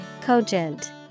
Cogent